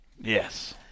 yes